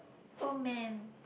oh man